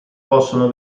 possono